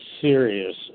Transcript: serious